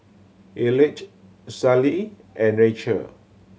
Elige Sallie and Rachel